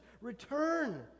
Return